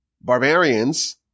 barbarians